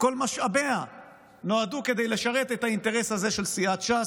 כל משאביה נועדו כדי לשרת את האינטרס הזה של סיעת ש"ס,